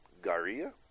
garia